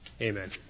Amen